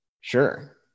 sure